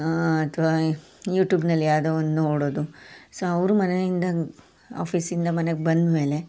ಅಥವಾ ಯುಟ್ಯೂಬ್ನಲ್ಲಿ ಯಾವುದೋ ಒಂದು ನೋಡೋದು ಸೊ ಅವರೂ ಮನೆಯಿಂದ ಆಫೀಸಿಂದ ಮನೆಗೆ ಬಂದಮೇಲೆ